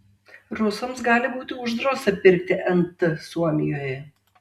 rusams gali būti uždrausta pirkti nt suomijoje